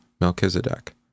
Melchizedek